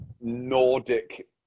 Nordic